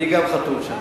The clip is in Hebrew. אני גם חתום שם.